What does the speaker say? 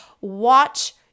watch